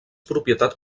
propietat